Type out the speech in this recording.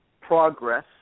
progress